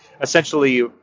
essentially